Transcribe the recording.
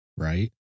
Right